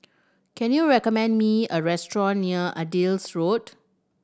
can you recommend me a restaurant near Adis Road